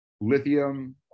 lithium